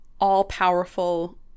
all-powerful